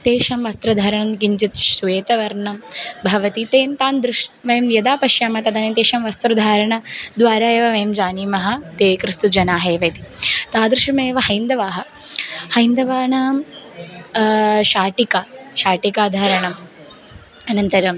तेषां वस्त्रधारणं किञ्चित् श्वेतवर्णं भवति तेन् तान् दृश्य वयं यदा पश्यामः तदानीं तेषां वस्त्रधारणद्वारा एव वयं जानीमः ते क्रिस्तजनाः एव इति तादृशमेव हैन्दवाः हैन्दवानां शाटिका शाटिकाधारणम् अनन्तरम्